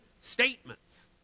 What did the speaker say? statements